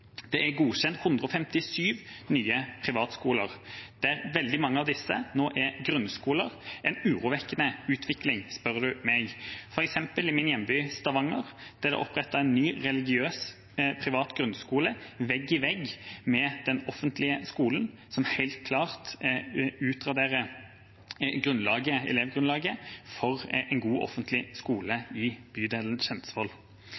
Det er godkjent 157 nye privatskoler, og veldig mange av disse er grunnskoler – en urovekkende utvikling, spør du meg. For eksempel ble det i min hjemby, Stavanger, opprettet en ny religiøs privat grunnskole vegg i vegg med den offentlige skolen, noe som helt klart utraderer elevgrunnlaget for en god offentlig skole